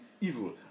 evil